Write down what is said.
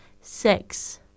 Six